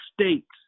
states